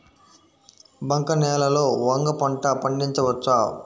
బంక నేలలో వంగ పంట పండించవచ్చా?